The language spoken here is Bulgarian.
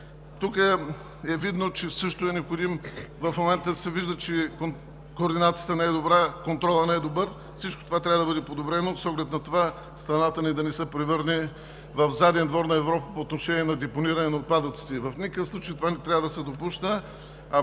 Тук е видно, че също е необходим. В момента се вижда, че координацията не е добра, контролът не е добър. Всичко това трябва да бъде подобрено с оглед на това страната ни да не се превърне в заден двор на Европа по отношение на депониране на отпадъците, в никакъв случай това не трябва да се допуска.